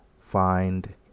find